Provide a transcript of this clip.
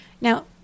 Now